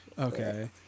Okay